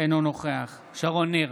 אינו נוכח שרון ניר,